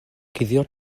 cuddio